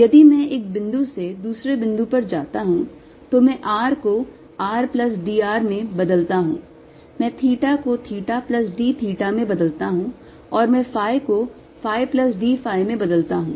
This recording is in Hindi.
यदि मैं एक बिंदु से दूसरे बिंदु पर जाता हूं तो मैं r को r plus d r में बदलता हूं मैं theta को theta plus d theta में बदलता हूं और मैं phi को phi plus d phi में बदलता हूं